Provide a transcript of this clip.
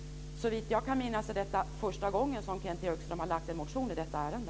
Såvitt jag kan minnas är detta första gången som Kenth Högström har lagt en motion i detta ärende.